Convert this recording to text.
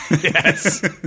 Yes